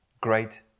great